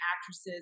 actresses